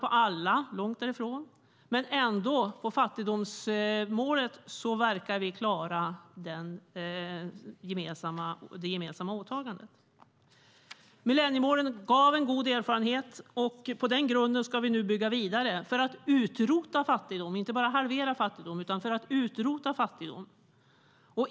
Vi är långt ifrån framme vid alla mål, men vi verkar ändå klara det gemensamma åtagandet för fattigdomsmålet. Millenniemålen gav en god erfarenhet, och på denna grund ska vi nu bygga vidare för att utrota fattigdom, och inte bara halvera den.